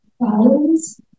balance